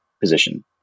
position